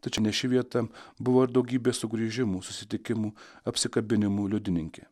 tačiau ne ši vieta buvo ir daugybė sugrįžimų susitikimų apsikabinimų liudininkė